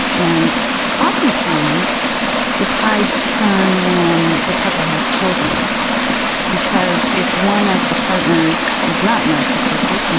and oftentimes the tides turn when the couple has children because if one of the partners is not narcissistic, and